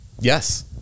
Yes